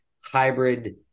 hybrid